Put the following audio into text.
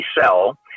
sell